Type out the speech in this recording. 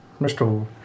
Mr